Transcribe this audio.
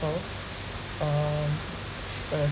um uh